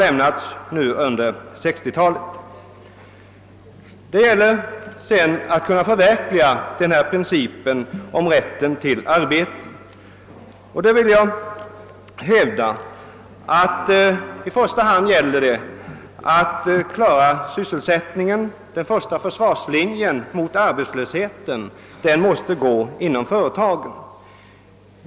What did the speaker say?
Vid förverkligandet av den angivna principen om rätten till arbete gäller det, vill jag hävda, i första hand att klara sysselsättningen. Den första försvarslinjen mot arbetslösheten måste gå inom företagen.